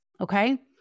okay